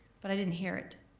but i didn't hear it,